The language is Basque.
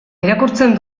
irakurtzen